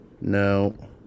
No